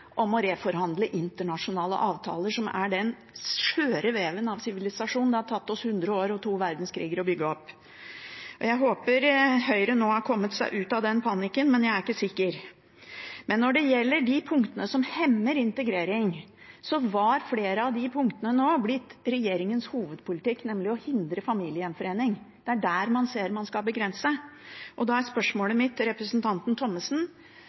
om å reforhandle internasjonale avtaler, som er den skjøre veven av sivilisasjon som det har tatt oss hundre år og to verdenskriger å bygge opp. Jeg håper at Høyre nå har kommet seg ut av den panikken, men jeg er ikke sikker. Når det gjelder de punktene som hemmer integrering, har flere av de punktene nå blitt regjeringens hovedpolitikk, nemlig å hindre familiegjenforening. Det er det man ser at man skal begrense. Da er spørsmålet mitt til representanten Thommessen: